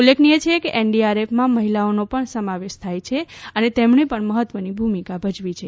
ઉલ્લેખનિય છે કે એનડીઆરએફમાં મહિલાઓનો પણ સમાવેશ થાય છે અને તેમણે પણ મહત્વની ભૂમિકા ભજવી છે